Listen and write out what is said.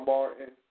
Martin